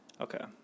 Okay